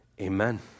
Amen